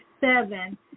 seven